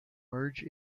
merge